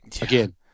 again